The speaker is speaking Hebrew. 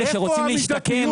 אלה שרוצים להשתקם,